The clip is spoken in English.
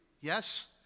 Yes